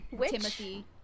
Timothy